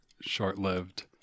short-lived